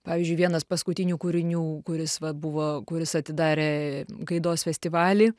pavyzdžiui vienas paskutinių kūrinių kuris vat buvo kuris atidarė gaidos festivalį